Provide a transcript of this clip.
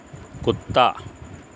کتا